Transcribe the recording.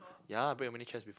ya I break how many chairs before